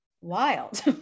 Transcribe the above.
wild